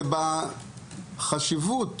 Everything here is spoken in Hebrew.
ובחשיבות